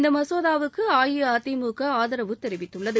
இந்த மசோதாவுக்கு அஇஅதிமுக ஆதரவு தெரிவித்துள்ளது